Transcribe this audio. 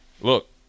look